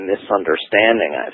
misunderstanding